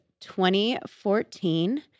2014